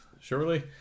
surely